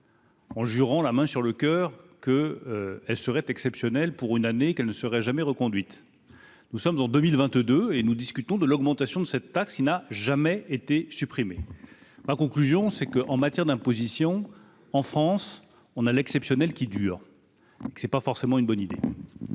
En jurant la main sur le coeur que elle serait exceptionnel pour une année qu'elle ne serait jamais reconduite, nous sommes en 2000 22 et nous discutons de l'augmentation de cette taxe, il n'a jamais été supprimé ma conclusion, c'est que, en matière d'imposition en France, on a l'exceptionnel qui dure, c'est pas forcément une bonne idée.